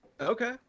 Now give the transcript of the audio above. Okay